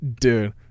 Dude